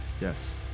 yes